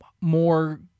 more